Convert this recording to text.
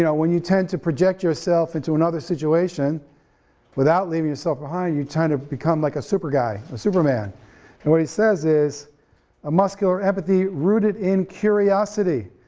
yeah when you tend to project yourself into another situation without leaving yourself behind, you tend to become like a super guy, a superman and what he says is a muscular empathy rooted in curiosity,